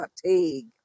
fatigue